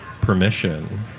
permission